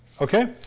okay